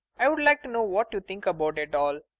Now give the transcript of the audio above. i'd like to know what you think about it all.